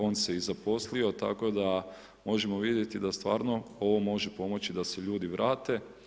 On se i zaposlio, tako da možemo vidjeti, da stvarno ovo može pomoći da se ljudi vrate.